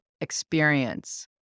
experience